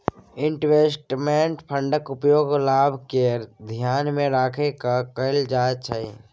investment फंडक उपयोग लाभ केँ धियान मे राइख कय कअल जाइ छै